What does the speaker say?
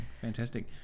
fantastic